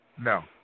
No